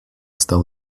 стала